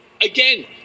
again